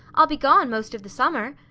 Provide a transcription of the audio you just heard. i'll be gone most of the summer.